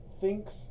thinks